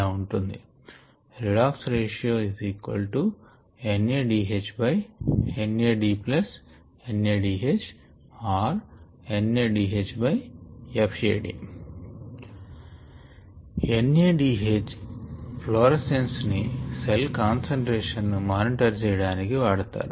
redoxratioNADHNADNADH or NADHFAD N A D H fluorescence ని cell concentration ను monitor చేయడానికి వాడతారు